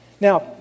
Now